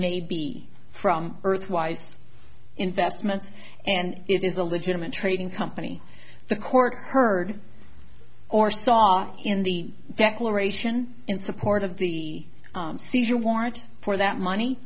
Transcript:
may be from earth wise investments and it is a legitimate trading company the court heard or saw in the declaration in support of the seizure warrant for that money